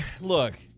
look—